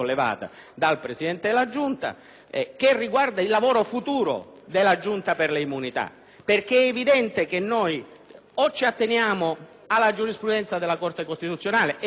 che riguarda il lavoro futuro della stessa Giunta, perché è evidente che o ci atteniamo alla giurisprudenza della Corte costituzionale - e poi l'Aula legittimamente smentisce